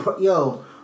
Yo